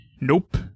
Nope